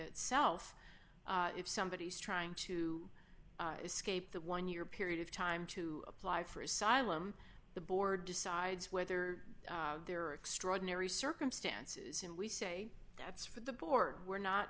itself if somebody is trying to escape the one year period of time to apply for asylum the board decides whether there are extraordinary circumstances and we say that's for the board we're not